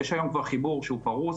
יש היום כבר חיבור שהוא פרוס